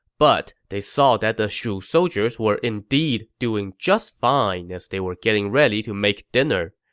but they saw that the shu soldiers were indeed doing just fine as they were getting ready to make dinner.